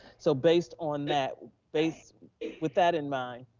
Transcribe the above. so based on that based with that in mind,